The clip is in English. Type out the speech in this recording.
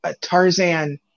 Tarzan